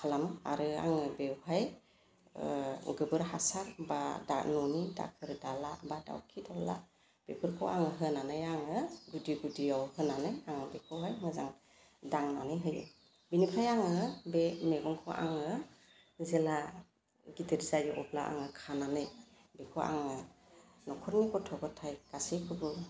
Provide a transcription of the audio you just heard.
खालामो आरो आङो बेवहाय गोबोर हासार बा दा न'नि दाखोर दाला बा दावखि दावला बेफोरखौ आङो होनानै आङो गुदि गुदियाव होनानै आं बेखौहाय मोजां दांनानै होयो बेनिफ्राय आङो बे मैगंखौ आङो जेला गिदिर जायो अब्ला आङो खानानै बेखौ आङो नख'रनि गथ' गथाय गासैखौबो